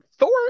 Thor